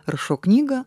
rašau knygą